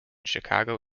chicago